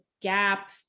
gap